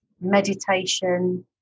Meditation